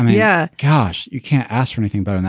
yeah. cash, you can't ask for anything better.